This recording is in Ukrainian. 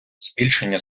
збільшення